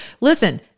listen